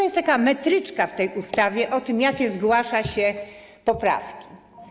Jest taka metryczka w tej ustawie mówiąca o tym, jakie zgłasza się poprawki.